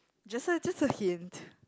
just a just a hint